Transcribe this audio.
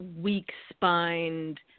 weak-spined